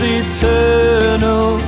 eternal